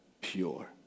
pure